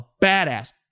badass